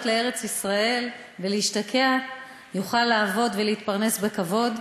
לארץ-ישראל ולהשתקע יוכל לעבוד ולהתפרנס בכבוד.